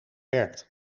werkt